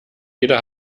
jeder